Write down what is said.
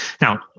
now